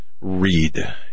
read